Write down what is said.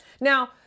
Now